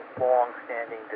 long-standing